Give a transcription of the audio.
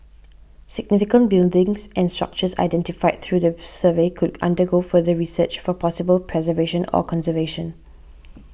significant buildings and structures identified through the survey could undergo further research for possible preservation or conservation